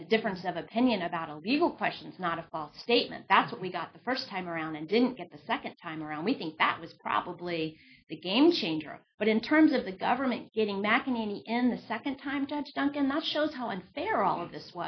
a difference of opinion about a legal question not a false statement that's what we got the first time around and didn't get the second time around we think that was probably be game changer but in terms of the government getting mcenaney in the second time judge duncan that shows how unfair all of this